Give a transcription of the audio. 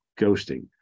ghosting